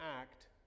act